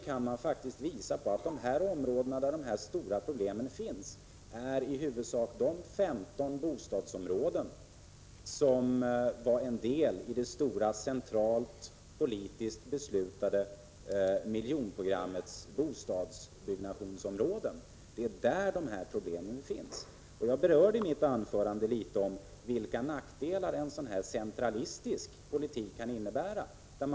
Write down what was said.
Man kan faktiskt påvisa att de områden där de stora problemen finns i huvudsak är de 15 stora bostadsområden som ingick i det centralpoli Prot. 1986/87:50 tiskt beslutade miljonprogrammets bostadsbyggande. 16 december 1986 Jag nämnde vilka nackdelar en centralistisk politik kan innebära di man.